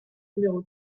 numéro